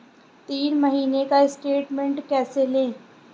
तीन महीने का स्टेटमेंट कैसे लें?